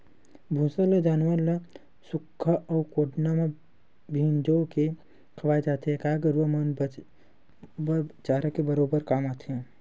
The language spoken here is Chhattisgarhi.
भूसा ल जानवर ल सुख्खा अउ कोटना म फिंजो के खवाय जाथे, गाय गरुवा मन बर चारा के बरोबर काम आथे